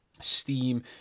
steam